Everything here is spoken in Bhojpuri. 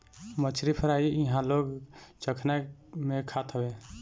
मछरी फ्राई इहां लोग चखना में खात हवे